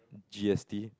G S T